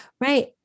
Right